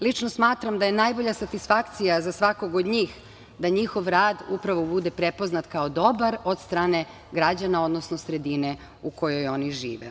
Lično smatram da je najbolja satisfakcija za svakog od njih da njihov rad upravo bude prepoznat kao dobar od strane građana, odnosno sredine u kojoj oni žive.